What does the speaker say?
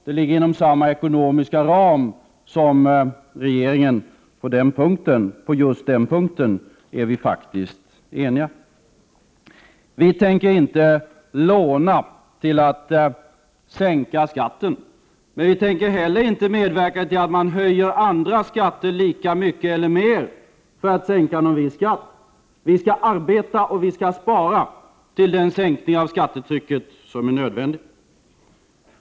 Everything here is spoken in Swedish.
Det ligger inom samma ekonomiska ram som regeringens förslag; på just den punkten är vi faktiskt eniga. Vi tänker inte låna till att sänka skatten, men vi tänker heller inte medverka till att man höjer andra skatter lika mycket eller mer för att sänka en viss skatt. Vi skall arbeta och spara till den sänkning av skattetrycket som är nödvändig.